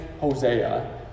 Hosea